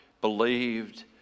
believed